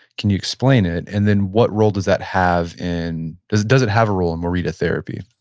can you explain it? and then, what role does that have in, does it does it have a role in morita therapy?